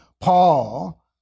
Paul